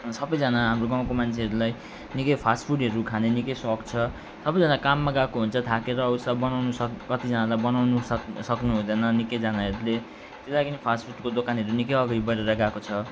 सबैजना हाम्रो गाउँको मान्छेहरूलाई निकै फास्टफुडहरू खाने निकै सोख छ सबैजना काममा गएको हुन्छ थाकेर आउँछ बनाउन सक्दैन कतिजनाले त बनाउनु सक सक्नु हुँदैन निकैजनाहरूले त लागि फास्टफुडको दोकानहरू निकै अघि बढेर गएको छ